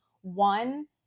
one